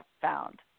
found